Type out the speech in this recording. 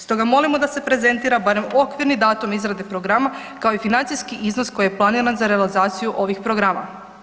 Stoga molimo da se prezentira barem okvirni datum izrade Programa kao i financijski iznos koji je planiran za realizaciju ovih programa.